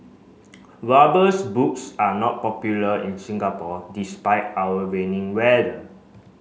rubbers boots are not popular in Singapore despite our rainy weather